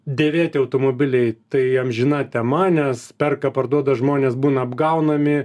dėvėti automobiliai tai amžina tema nes perka parduoda žmonės būna apgaunami